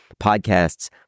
podcasts